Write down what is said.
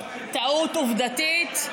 טעות עובדתית.